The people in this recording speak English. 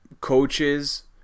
coaches